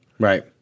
Right